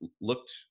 looked